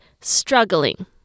struggling